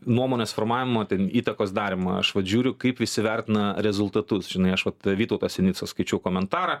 nuomonės formavimo ten įtakos darymą aš vat žiūriu kaip visi vertina rezultatus žinai aš va vytautas sinica skaičiau komentarą